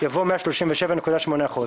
יבוא "137.8%".